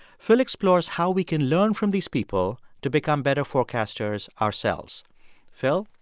phil explores how we can learn from these people to become better forecasters ourselves phil,